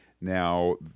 Now